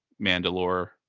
Mandalore